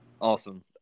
Awesome